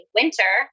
winter